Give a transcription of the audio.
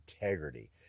integrity